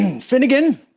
Finnegan